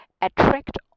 attract